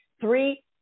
three